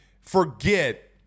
forget